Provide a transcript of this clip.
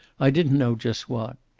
i didn't know just what.